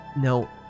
no